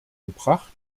gebracht